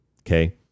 Okay